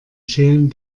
schälen